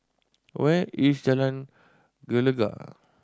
where is Jalan Gelegar